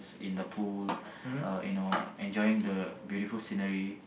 in the pool uh you know enjoying the beautiful scenery